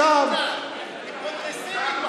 לא מתונה, היא פרוגרסיבית בחוק הזה.